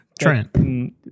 Trent